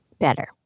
better